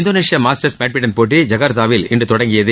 இந்தோனேசிய masters badminton போட்டி ஐகர்த்தாவில் இன்று தொடங்கியது